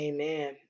Amen